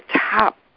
top